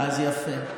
אז יפה.